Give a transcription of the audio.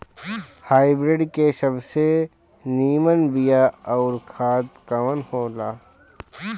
Hybrid के सबसे नीमन बीया अउर खाद कवन हो ला?